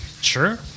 Sure